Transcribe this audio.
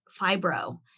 fibro